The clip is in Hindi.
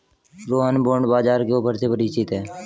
रोहन बॉण्ड बाजार के ऑफर से परिचित है